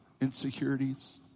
insecurities